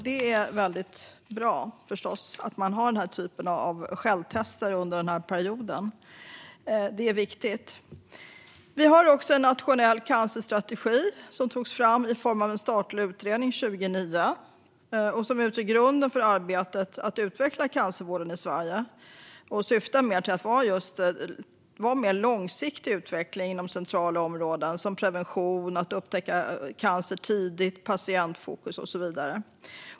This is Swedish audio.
Det är förstås bra att den typen av självtester erbjuds under den här perioden. Det är viktigt. Vi har en nationell cancerstrategi, som togs fram i form av en statlig utredning 2009 och som utgör grunden för arbetet med att utveckla cancervården i Sverige. Den syftar till långsiktig utveckling inom centrala områden som prevention, att upptäcka cancer tidigt, patientfokus och så vidare.